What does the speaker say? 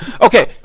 Okay